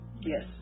Yes